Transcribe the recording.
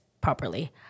properly